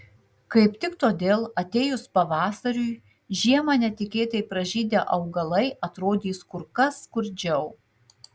kaip tik todėl atėjus pavasariui žiemą netikėtai pražydę augalai atrodys kur kas skurdžiau